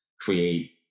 create